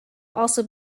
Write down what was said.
also